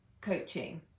coaching